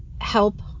help